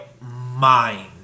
mind